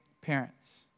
parents